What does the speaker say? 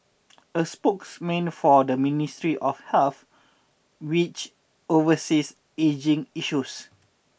a spokesman for the Ministry of Health which oversees ageing issues